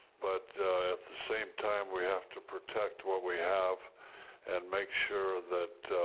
but at the same time, we have to protect what we have and make sure that